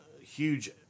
huge